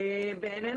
עכשיו,